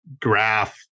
graph